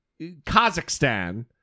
Kazakhstan